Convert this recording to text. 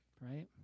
right